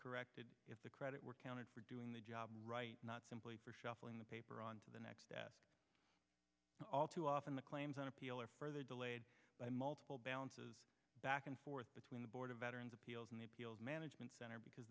corrected if the credit were counted for doing the job right not simply for shuffling the paper on to the next day all too often the claims on appeal are further delayed by multiple bounces back and forth between the board of veterans appeals and the appeals management center because